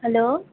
hello